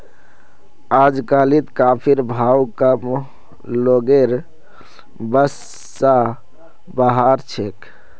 अजकालित कॉफीर भाव आम लोगेर बस स बाहर छेक